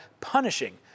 punishing